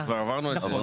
כבר עברנו את זה.